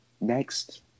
next